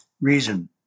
reason